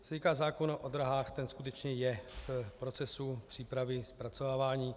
Co se týká zákona o dráhách, ten skutečně je v procesu přípravy zpracovávání.